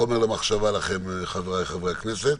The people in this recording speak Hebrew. חומר למחשבה לכם, חבריי חברי הכנסת.